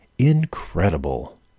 incredible